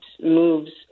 moves